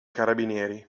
carabinieri